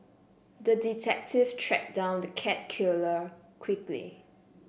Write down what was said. the detective tracked down the cat killer quickly